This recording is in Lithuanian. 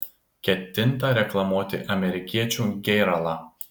ketinta reklamuoti amerikiečių gėralą